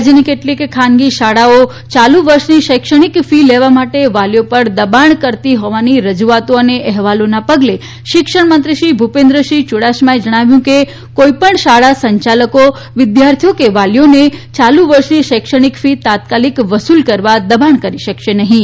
રાજ્યની કેટલીક ખાનગી શાળાઓ યાલુ વર્ષની શૈક્ષણિક ફી લેવા માટે વાલીઓ પર દબાણ કરતી હોવાની રજૂઆતો અને અહેવાલોના પગલે શિક્ષણ મંત્રી શ્રી ભૂપેન્દ્રસિંહ યુડાસમાએ જણાવ્યું છે કે કોઇપણ શાળા સંચાલકો વિદ્યાર્થીઓ કે વાલીઓને યાલુ વર્ષની શૈક્ષણિક ફી તાત્કાલિક વસૂલ કરવા દબાણ કરી શકશે નહીં